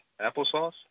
applesauce